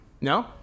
No